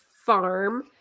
farm